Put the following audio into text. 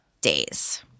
days